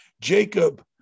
Jacob